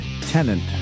tenant